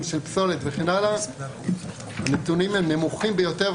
של פסולת וכן הלאה הנתונים נמוכים ביותר,